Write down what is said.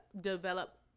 develop